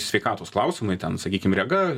sveikatos klausimai ten sakykim rega